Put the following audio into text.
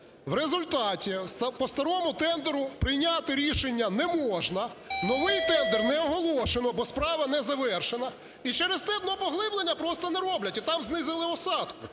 В результаті по старому тендеру прийняти рішення не можна. Новий тендер не оголошено, бо справа не завершена, і через те днопоглиблення просто не роблять, і там знизили осадку.